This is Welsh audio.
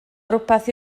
rywbeth